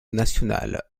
national